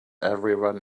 everyone